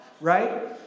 right